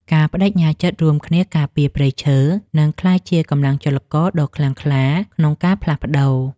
ការប្តេជ្ញាចិត្តរួមគ្នាការពារព្រៃឈើនឹងក្លាយជាកម្លាំងចលករដ៏ខ្លាំងក្លាក្នុងការផ្លាស់ប្តូរ។